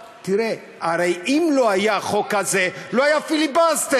תראה, הרי אם לא היה החוק הזה לא היה פיליבסטר.